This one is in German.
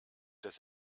das